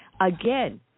Again